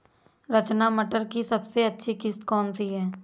रचना मटर की सबसे अच्छी किश्त कौन सी है?